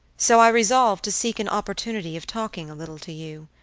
so i resolved to seek an opportunity of talking a little to you.